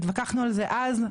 התווכחנו על זה אז,